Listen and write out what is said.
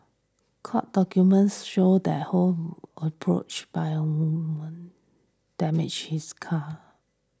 court documents showed that Ho was approached by a woman damage she's car